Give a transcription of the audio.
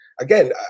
again